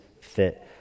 fit